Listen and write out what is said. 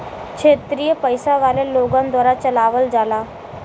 क्षेत्रिय पइसा वाले लोगन द्वारा चलावल जाला